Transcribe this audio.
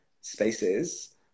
spaces